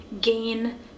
gain